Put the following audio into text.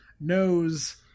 knows